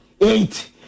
eight